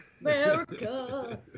America